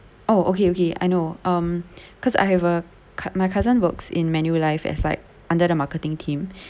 oh okay okay I know um because I have a cou~ my cousin works in manulife as like under the marketing team